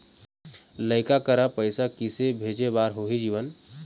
लइका करा पैसा किसे भेजे बार होही जीवन